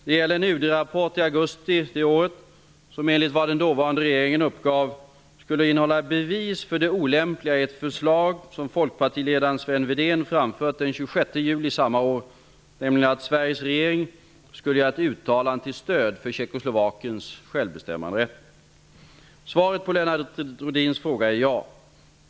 Det gäller en UD-rapport i augusti det året, som -- enligt vad den dåvarande regeringen uppgav -- skulle innehålla bevis för det olämpliga i ett förslag som folkpartiledaren Sven Sveriges regering skulle göra ett uttalande till stöd för Tjeckoslovakiens självbestämmanderätt. Svaret på Lennart Rohdins fråga är ja.